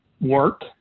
work